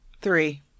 Three